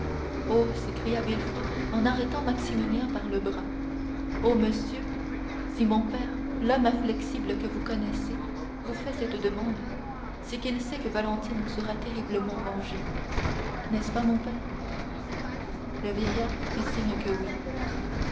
oh s'écria villefort en arrêtant maximilien par le bras oh monsieur si mon père l'homme inflexible que vous connaissez vous fait cette demande c'est qu'il sait que valentine sera terriblement vengée n'est-ce pas mon père le vieillard fit signe que oui